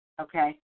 Okay